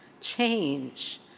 change